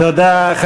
תודה.